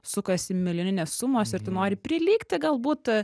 sukasi milijoninės sumos ir tu nori prilygti galbūt